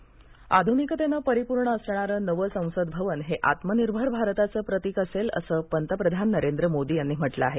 संसद भवन आध्निकतेनं परिपूर्ण असणारं नव संसद भवन हे आत्मनिर्भर भारताचं प्रतिक असेल असं पंतप्रधान नरेंद्र मोदी यांनी म्हटलं आहे